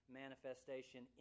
manifestation